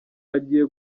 agiye